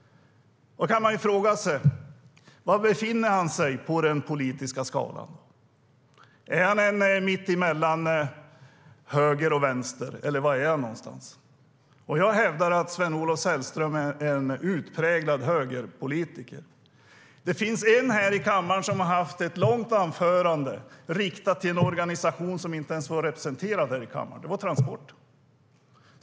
Då kan man fråga sig var han befinner sig på den politiska skalan. Är han mitt emellan höger och vänster, eller var är han? Jag hävdar att Sven-Olof Sällström är en utpräglad högerpolitiker. Det finns en person här i kammaren som har haft ett långt anförande riktat till en organisation som inte ens var representerad i kammaren - Transport.